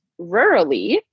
rurally